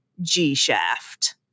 G-Shaft